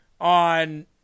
on